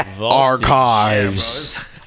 Archives